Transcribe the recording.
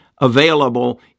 available